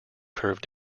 curve